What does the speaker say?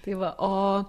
tai va o